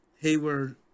Hayward